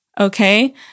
Okay